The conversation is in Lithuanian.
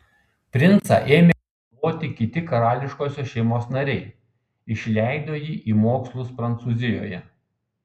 princą ėmė globoti kiti karališkosios šeimos nariai išleido jį į mokslus prancūzijoje